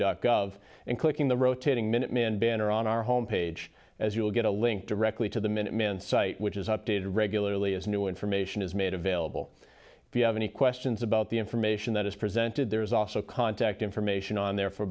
dot gov and clicking the rotating minuteman banner on our home page as you will get a link directly to the minuteman site which is updated regularly as new information is made available if you have any questions about the information that is presented there is also contact